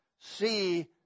See